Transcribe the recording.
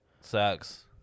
sucks